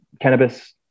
cannabis